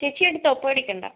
ചേച്ചി എടുത്തോ പേടിക്കേണ്ട